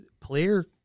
Player